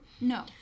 No